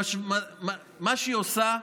ומה שהיא עושה,